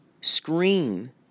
screen